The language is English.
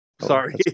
Sorry